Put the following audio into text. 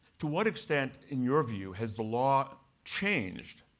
to what extent, in your view, has the law changed